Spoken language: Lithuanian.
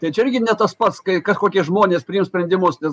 tai čia irgi ne tas pats kai kažkokie žmonės priims sprendimus nes